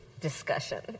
discussion